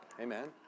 Amen